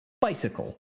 Bicycle